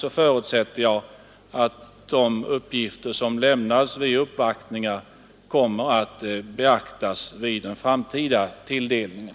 Jag förutsätter därför att de uppgifter och löften som lämnats vid uppvaktningen kommer att beaktas vid den framtida tilldelningen.